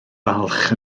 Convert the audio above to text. falch